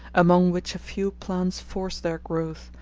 among which a few plants force their growth,